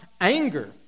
anger